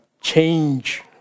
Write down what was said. change